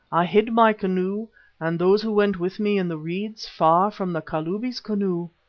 i hid my canoe and those who went with me in the reeds far from the kalubi's canoe.